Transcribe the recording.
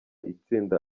itsinda